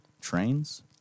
trains